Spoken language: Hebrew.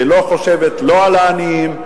שלא חושבת לא על העניים,